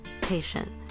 patient